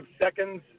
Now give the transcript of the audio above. seconds